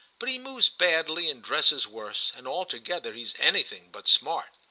but he moves badly and dresses worse, and altogether he's anything but smart.